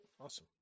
Awesome